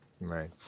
Right